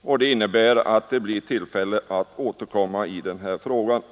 och det innebär att det blir tillfälle att återkomma till dem.